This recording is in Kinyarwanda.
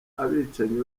abicanyi